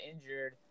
injured